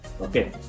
Okay